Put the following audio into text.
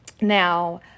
now